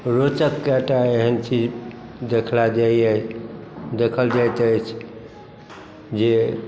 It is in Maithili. रोचक कए टा एहन चीज देखला जाइए देखल जाइत अछि जे